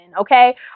okay